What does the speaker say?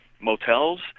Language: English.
motels